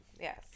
Yes